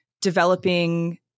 developing